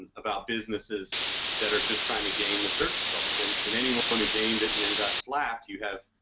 about businesses that are just trying to gain the search results and and anyone but who gained it and and got slapped you have,